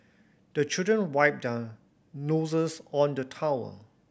the children wipe their noses on the towel